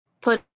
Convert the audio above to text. put